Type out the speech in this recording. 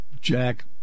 Jack